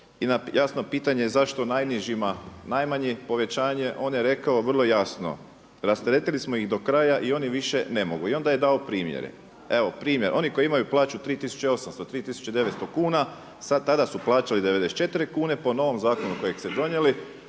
na jasno pitanje zašto najnižima najmanje povećanje on je rekao vrlo jasno. Rasteretili smo ih do kraja i oni više ne mogu. I onda je dao primjere. Evo primjer, oni koji imaju plaću 3800, 3900 kuna tada su plaćali 94 kune. Po novom zakonu kojeg ste donijeli